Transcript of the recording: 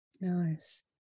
Nice